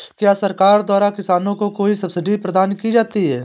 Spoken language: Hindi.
क्या सरकार द्वारा किसानों को कोई सब्सिडी प्रदान की जाती है?